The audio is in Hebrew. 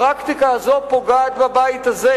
הפרקטיקה הזאת פוגעת בבית הזה.